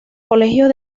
colegios